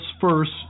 first